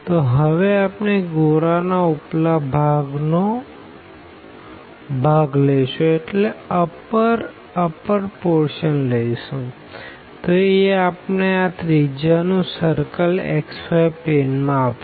તો હવે આપણે ગોળાના ઉપલા ભાગનો ભાગ લઈશું તો એ આપણને a રેડીઅસ નું સર્કલ xy પ્લેન માં આપશે